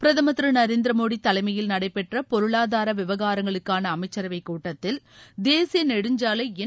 பிரதுமர் திரு நரேந்திர மோடி தலைமையில் நடைபெற்ற பொருளாதார விவகாரங்களுக்கான அமைச்சரவை கூட்டத்தில் தேசிய நெடுஞ்சாலை எண்